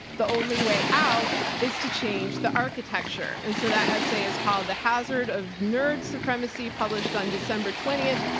the only way out is to change the architecture and so that essay is called the hazard of nerds supremacy published on december twentieth,